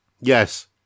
Yes